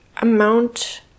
amount